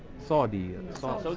saudi and this ah so